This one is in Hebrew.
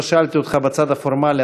לא שאלתי אותך בצד הפורמלי.